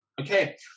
Okay